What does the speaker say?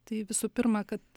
tai visų pirma kad